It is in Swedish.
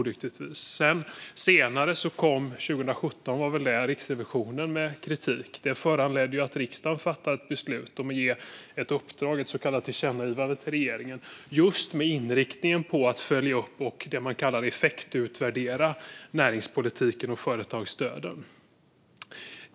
År 2017, tror jag, kom Riksrevisionen med kritik. Det föranledde riksdagen att fatta beslut om att ge ett uppdrag, ett så kallat tillkännagivande, till regeringen med inriktning på att följa upp och effektutvärdera näringspolitiken och företagsstöden.